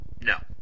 No